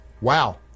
wow